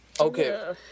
Okay